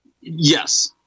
Yes